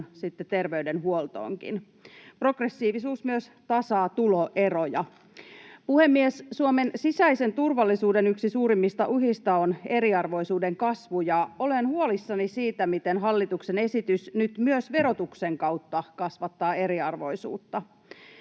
terveydenhuoltoonkin. Progressiivisuus myös tasaa tuloeroja. Puhemies! Suomen sisäisen turvallisuuden yksi suurimmista uhista on eriarvoisuuden kasvu, ja olen huolissani siitä, miten hallituksen esitys nyt myös verotuksen kautta kasvattaa eriarvoisuutta.